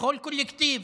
בכל קולקטיב.